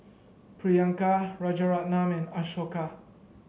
Priyanka Rajaratnam and Ashoka